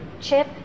chip